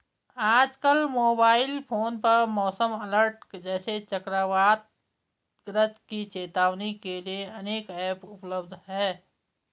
आजकल mobile phone पर मौसम अलर्ट जैसे चक्रवात गरज की चेतावनी के लिए अनेक ऐप उपलब्ध है